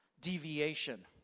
deviation